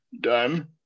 done